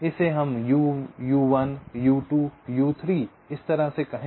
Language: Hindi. इसे हम u u1 u2 u3 इस तरह कहें